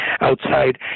outside